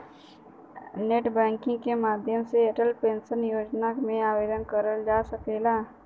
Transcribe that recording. net banking के माध्यम से अटल पेंशन योजना में आवेदन करल जा सकला